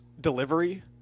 delivery